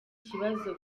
kibazo